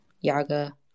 Yaga